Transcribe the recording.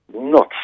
Nuts